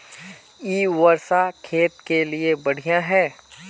इ वर्षा खेत के लिए बढ़िया है?